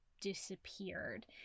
disappeared